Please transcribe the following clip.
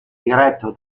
diretto